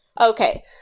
Okay